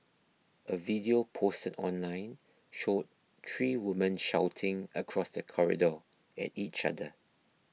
a video posted online showed three women shouting across the corridor at each other